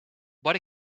but